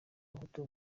abahutu